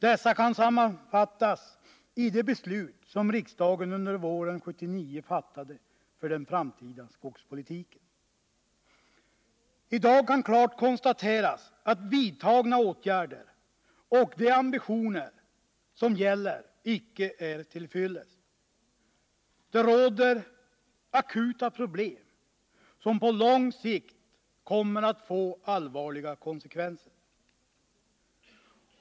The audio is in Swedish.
Dessa kan sammanfattas i det I dag kan klart konstateras att vidtagna åtgärder och de ambitioner som gäller icke är till fyllest. Det råder akuta problem, som på lång sikt kommer att få allvarliga konsekvenser.